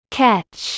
catch